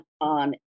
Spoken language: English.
on